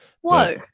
Whoa